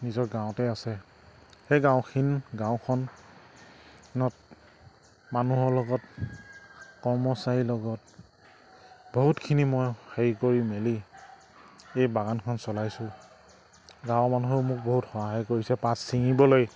নিজৰ গাঁৱতে আছে সেই গাঁওখন গাঁওখনত মানুহৰ লগত কৰ্মচাৰীৰ লগত বহুতখিনি মই হেৰি কৰি মেলি এই বাগানখন চলাইছোঁ গাঁৱৰ মানুহেও মোক বহুত সহায় কৰিছে পাত ছিঙিবলৈ